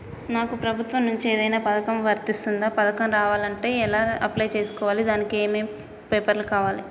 నాకు ప్రభుత్వం నుంచి ఏదైనా పథకం వర్తిస్తుందా? పథకం కావాలంటే ఎలా అప్లై చేసుకోవాలి? దానికి ఏమేం పేపర్లు కావాలి?